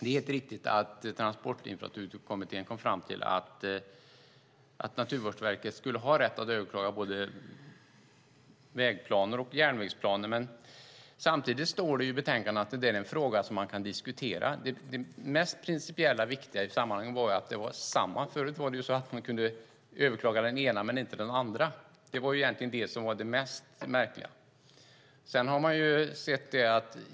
Det är helt riktigt att Transportinfrastrukturkommittén kom fram till att Naturvårdsverket skulle ha rätt att överklaga både vägplaner och järnvägsplaner, men samtidigt står det i betänkandet att det är en fråga som man kan diskutera. Det mest principiellt viktiga i sammanhanget är att det är likadant. Förut kunde man överklaga det ena men inte det andra. Det var egentligen det mest märkliga.